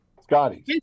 Scotty